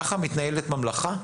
ככה מתנהלת ממלכה?